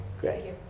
Great